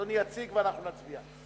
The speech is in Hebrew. אדוני יציג, ואנחנו נצביע.